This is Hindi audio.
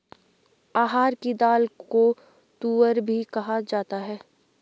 अरहर की दाल को तूअर भी कहा जाता है